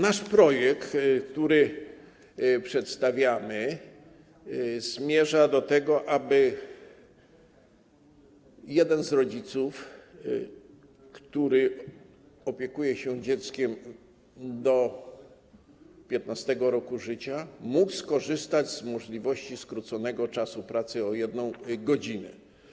Nasz projekt, który przedstawiamy, zmierza do tego, aby jeden z rodziców, który opiekuje się dzieckiem do 15. roku życia, mógł skorzystać z możliwości skrócenia czasu pracy o 1 godzinę.